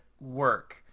work